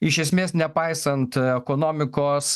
iš esmės nepaisant ekonomikos